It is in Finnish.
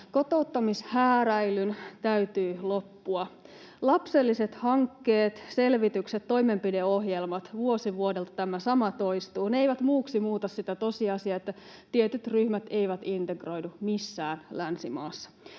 Kotouttamishääräilyn täytyy loppua. Lapselliset hankkeet, selvitykset, toimenpideohjelmat — vuosi vuodelta tämä sama toistuu. Ne eivät muuksi muuta sitä tosiasiaa, että tietyt ryhmät eivät integroidu missään länsimaassa.